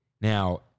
Now